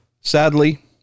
Sadly